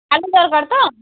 କାଲି ଦରକାର ତ